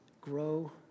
grow